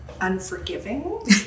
unforgiving